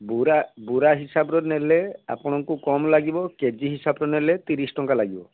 ବୁରା ବୁରା ହିସାବର ନେଲେ ଆପଣଙ୍କୁ କମ୍ ଲାଗିବ କେ ଜି ହିସାବରେ ନେଲେ ତିରିଶ ଟଙ୍କା ଲାଗିବ